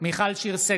ישראל אייכלר,